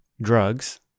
drugs